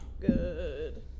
good